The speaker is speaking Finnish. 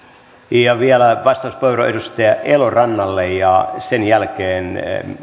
ja vielä vastauspuheenvuoro edustaja elorannalle ja sen jälkeen